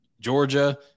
Georgia